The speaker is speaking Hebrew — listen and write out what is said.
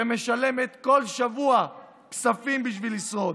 שמשלמת כל שבוע כספים בשביל לשרוד.